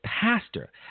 pastor